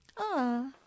Ah